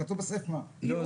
כתוב --- לא,